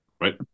right